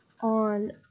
on